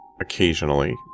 occasionally